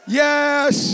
yes